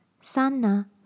sanna